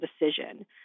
decision